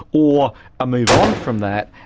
or a move on from that,